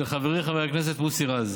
של חברי חבר הכנסת מוסי רז.